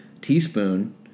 teaspoon